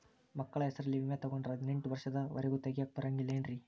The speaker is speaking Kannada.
ಮಕ್ಕಳ ಹೆಸರಲ್ಲಿ ವಿಮೆ ತೊಗೊಂಡ್ರ ಹದಿನೆಂಟು ವರ್ಷದ ಒರೆಗೂ ತೆಗಿಯಾಕ ಬರಂಗಿಲ್ಲೇನ್ರಿ?